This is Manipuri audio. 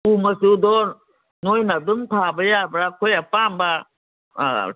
ꯎ ꯃꯆꯨꯗꯣ ꯅꯣꯏꯅ ꯑꯗꯨꯝ ꯊꯥꯕ ꯌꯥꯕ꯭ꯔꯥ ꯑꯩꯈꯣꯏ ꯑꯄꯥꯝꯕ